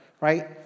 right